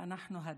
ואנחנו הדיין,